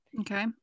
okay